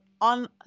on